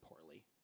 poorly